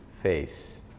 face